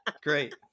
great